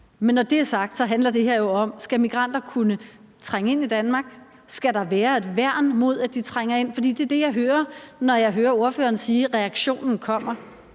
Men når det er sagt, handler det her jo om, om migranter skal kunne trænge ind i Danmark. Skal der være et værn mod, at de trænger ind? For det er det, jeg hører, når jeg hører ordføreren sige, at reaktionen kommer.